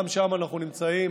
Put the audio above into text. גם שם אנחנו נמצאים,